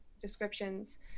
descriptions